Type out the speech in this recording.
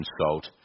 consult